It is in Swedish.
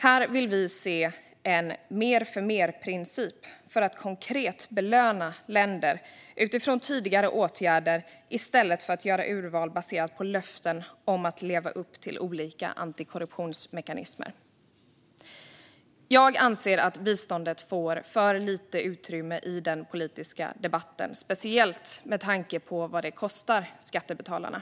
Här vill vi se en mer-för-mer-princip för att konkret belöna länder utifrån tidigare åtgärder i stället för att göra urval baserade på löften om att leva upp till olika antikorruptionsmekanismer. Jag anser att biståndet får för lite utrymme i den politiska debatten, speciellt med tanke på vad det kostar skattebetalarna.